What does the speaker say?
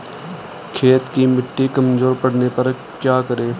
खेत की मिटी कमजोर पड़ने पर क्या करें?